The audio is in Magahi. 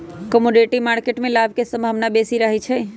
कमोडिटी मार्केट में लाभ के संभावना बेशी रहइ छै